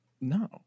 no